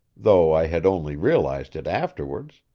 though i had only realised it afterwards.